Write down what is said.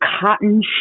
cotton